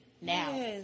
now